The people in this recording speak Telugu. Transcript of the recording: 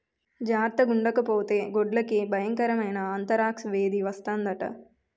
జార్తగుండకపోతే గొడ్లకి బయంకరమైన ఆంతరాక్స్ వేది వస్తందట